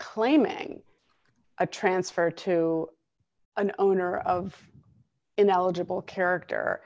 claiming a transfer to an owner of ineligible character